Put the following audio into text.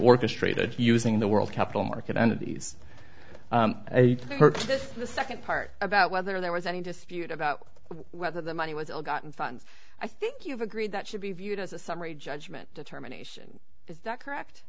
orchestrated using the world capital market entities to purchase the second part about whether there was any dispute about whether the money was ill gotten funds i think you've agreed that should be viewed as a summary judgment determination is that correct